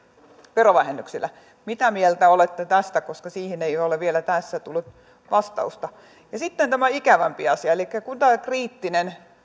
verovähennyksillä mitä mieltä olette tästä siihen ei ole ole vielä tässä tullut vastausta ja sitten tämä ikävämpi asia elikkä kun tämä kriittinen